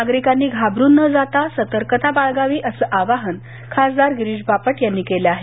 नागरिकांनी घाबरून न जाता सतर्कता बाळगावी असं आवाहन खासदार गिरीश बापट यांनी केलं आहे